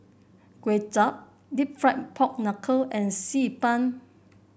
Kway Chap deep fried Pork Knuckle and Xi Ban